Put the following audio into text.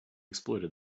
exploited